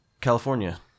California